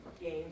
games